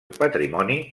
patrimoni